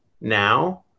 now